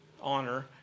honor